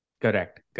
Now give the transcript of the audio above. Correct